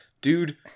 Dude